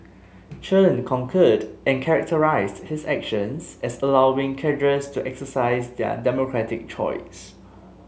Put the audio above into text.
Chen concurred and characterised his actions as allowing cadres to exercise their democratic choice